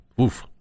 Oof